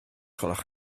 gwelwch